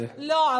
לא.